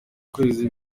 kwezi